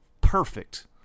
perfect